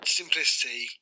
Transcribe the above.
simplicity